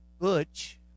Butch